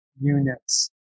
units